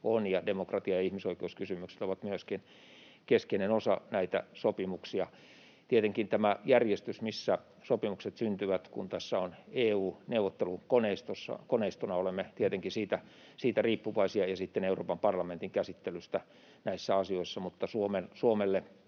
on, ja demokratia- ja ihmisoikeuskysymykset ovat myöskin keskeinen osa näitä sopimuksia. Tietenkin olemme riippuvaisia tästä järjestyksestä, missä sopimukset syntyvät, kun tässä on EU neuvottelukoneistona, ja sitten Euroopan parlamentin käsittelystä näissä asioissa, mutta Suomelle